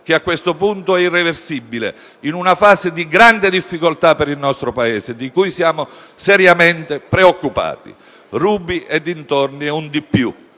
che, a questo punto, è irreversibile in una fase di grande difficoltà per il nostro Paese di cui siamo seriamente preoccupati. Ruby e dintorni è una